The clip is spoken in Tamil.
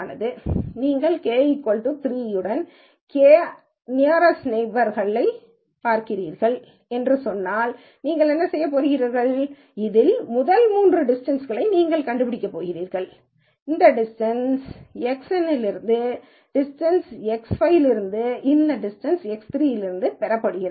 நீங்கள் k 3 உடன் k அருகிலுள்ள நெய்பர்ஸ்களைப் பார்க்கிறீர்கள் என்று சொன்னால் நீங்கள் என்ன செய்யப் போகிறீர்கள் இதில் முதல் மூன்று டிஸ்டன்ஸ் களை நீங்கள் கண்டுபிடிக்கப் போகிறீர்கள் இந்த டிஸ்டன்ஸ் Xn இலிருந்து இந்த டிஸ்டன்ஸ் X5இலிருந்து இந்த டிஸ்டன்ஸ் எக்ஸ்3 இலிருந்து பெறப்படுகிறது